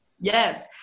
Yes